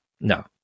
No